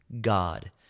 God